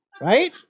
right